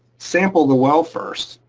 sample the well first.